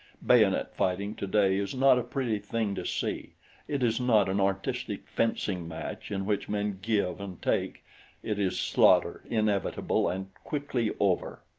bayonet-fighting today is not a pretty thing to see it is not an artistic fencing-match in which men give and take it is slaughter inevitable and quickly over.